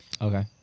Okay